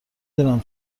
دونم